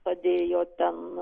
padėjo ten